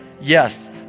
yes